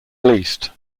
released